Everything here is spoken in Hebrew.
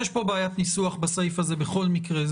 יש פה בעיית ניסוח בסעיף הזה בכל מקרה,